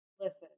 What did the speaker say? Listen